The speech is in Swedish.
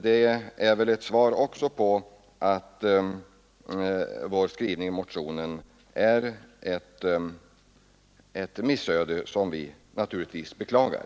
Det är väl också ett besked om att skrivningen i motionen är ett missöde som vi naturligtvis beklagar.